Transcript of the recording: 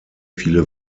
viele